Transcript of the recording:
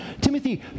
Timothy